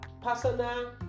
personal